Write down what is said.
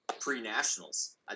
pre-nationals